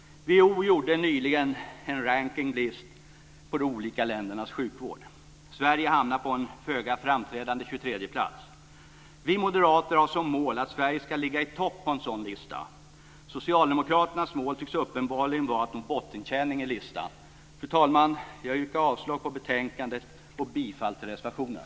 WHO gjorde nyligen en rankinglista av olika länders sjukvård. Sverige hamnade på en föga framträdande 23:e plats. Vi moderater har som mål att Sverige ska ligga i topp på en sådan lista. Socialdemokraternas mål tycks uppenbarligen vara att nå bottenkänning i listan. Fru talman! Jag yrkar avslag på hemställan i betänkandet och bifall till reservationen.